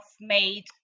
made